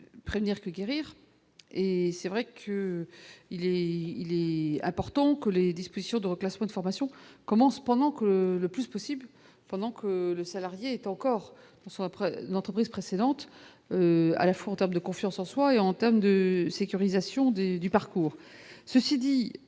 prévenir que guérir et c'est vrai qu'il est, il est. Important que les discussions de reclassement, de formation commence pendant que le plus possible, pendant que le salarié est encore, soit par l'entreprise précédente, à la fois en termes de confiance en soi et en terme de sécurisation des du parcours, ceci dit,